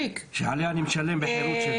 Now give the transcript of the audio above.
שעליה אני משלם בחירות שלי.